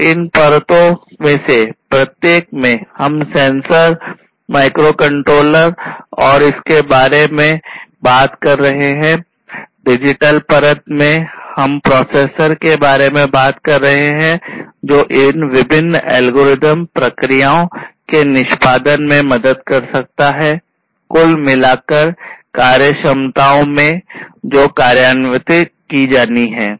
तो इन परतों में से प्रत्येक में हम सेंसर के बारे में बात कर रहे हैं जो इन विभिन्न एल्गोरिदम प्रक्रियाओं के निष्पादन में मदद कर सकता है कुल मिलाकर कार्यक्षमताओं में जो कार्यान्वित की जानी है